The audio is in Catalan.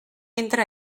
entre